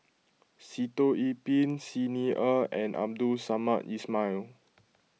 Sitoh Yih Pin Xi Ni Er and Abdul Samad Ismail